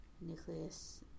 nucleus